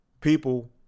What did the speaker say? people